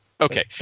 Okay